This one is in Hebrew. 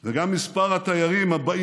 חברות וחברי הכנסת, בני משפחת זאבי היקרים,